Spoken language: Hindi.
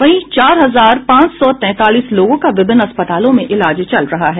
वहीं चार हजार पांच सौ तैंतालीस लोगों का विभिन्न अस्पतालों में इलाज चल रहा है